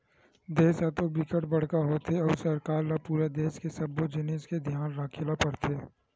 देस ह तो बिकट बड़का होथे अउ सरकार ल पूरा देस के सब्बो जिनिस के धियान राखे ल परथे